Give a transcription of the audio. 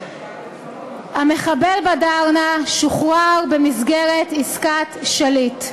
המחבל בדארנה שוחרר במסגרת עסקת שליט.